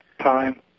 time